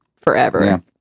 forever